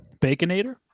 Baconator